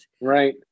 Right